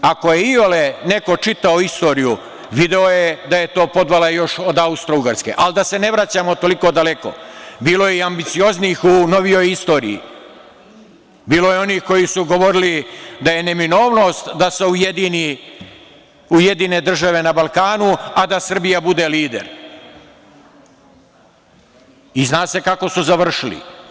Ako, je iole neko čitao istoriju video je da je to podvala još od Austrougarske, ali da se ne vraćamo toliko daleko, bilo je i ambicioznijih u novijoj istoriji, bilo je onih koji su govorili da je neminovnost da se ujedine pojedine države na Balkanu, a da Srbija bude lider i zna se kako su završili.